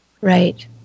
Right